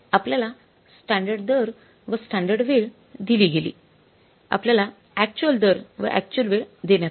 आपल्याला स्टँडर्ड दर व स्टँडर्ड वेळ दिली गेली आपल्याला अक्चुअल दर व अक्चुअल वेळ देण्यात अली